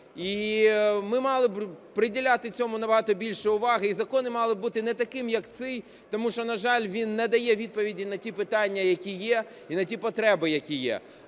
І мали би приділяти цьому набагато більше уваги, і закони мали би бути не такими, як цей, тому що, на жаль, він не дає відповіді на ті питання, які є, і на ті потреби, які є.